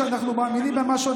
כשאנחנו מאמינים במשהו,